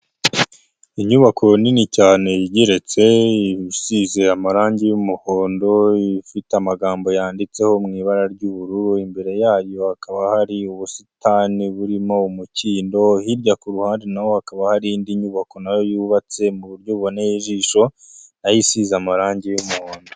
Inyubako nini cyane igeretse, isize amarangi y'umuhondo, ifite amagambo yanditseho mu ibara ry'ubururu, imbere yayo hakaba hari ubusitani burimo umukindo, hirya ku ruhande na ho hakaba hari indi nyubako, na yo yubatse mu buryo buboneye ijisho, na yo isize amarangi y'umuhondo.